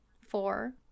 Four